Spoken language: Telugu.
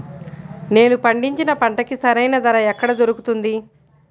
నేను పండించిన పంటకి సరైన ధర ఎక్కడ దొరుకుతుంది?